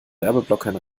werbeblockern